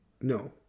No